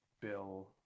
Bill